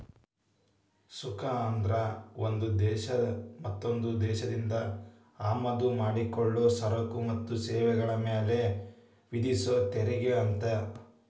ಸುಂಕ ಅಂದ್ರ ಒಂದ್ ದೇಶ ಮತ್ತೊಂದ್ ದೇಶದಿಂದ ಆಮದ ಮಾಡಿಕೊಳ್ಳೊ ಸರಕ ಮತ್ತ ಸೇವೆಗಳ ಮ್ಯಾಲೆ ವಿಧಿಸೊ ತೆರಿಗೆ ಅಂತ